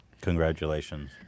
Congratulations